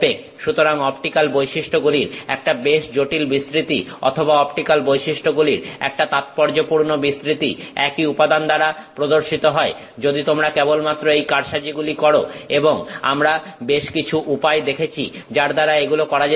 সুতরাং অপটিক্যাল বৈশিষ্ট্যগুলির একটা বেশ জটিল বিস্তৃতি অথবা অপটিক্যাল বৈশিষ্ট্যগুলির একটা তাৎপর্যপূর্ণ বিস্তৃতি একই উপাদান দ্বারা প্রদর্শিত হয় যদি তোমরা কেবলমাত্র এই কারসাজিগুলো করো এবং আমরা বেশ কিছু উপায় দেখেছি যার দ্বারা এগুলো করা যেতে পারে